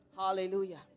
Hallelujah